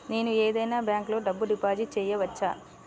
నేను ఏదైనా బ్యాంక్లో డబ్బు డిపాజిట్ చేయవచ్చా?